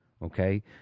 okay